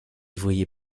voyez